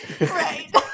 right